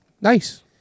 Nice